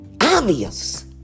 obvious